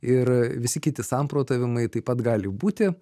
ir visi kiti samprotavimai taip pat gali būti